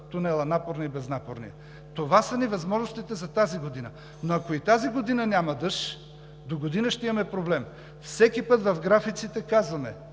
сигнал, че времето е изтекло.) Това са ни възможностите за тази година. Но ако и тази година няма дъжд, догодина ще имаме проблем. Всеки път в графиците казваме: